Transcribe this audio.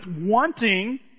wanting